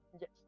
yes